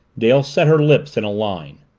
dale set her lips in a line.